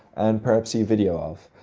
and perhaps see a video of?